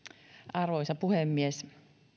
arvoisa puhemies